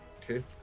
Okay